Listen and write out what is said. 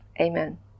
amen